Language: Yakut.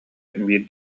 биир